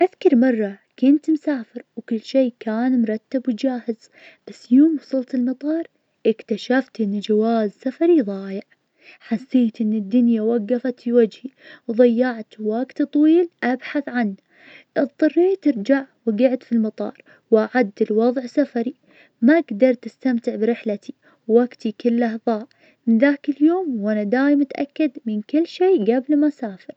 مادتي المفضلة كانت الرياضيات, حبيتها لأن فيها تحدي وحل لالغاز, كنت أستمتع بحل المسائل, وما عرفت كيف كان كل شي مترابط ببعضه, الأستاذ كان يشجعنا, ويشرح لنا بطريقة سهلة وسلسة, وهذا ذاد حبي للمادة, بالإضافة حسيت إن الرياضيات تساعدني في الحياة اليومية, لحساب المصاريف, إلى تنظيم الأشياء.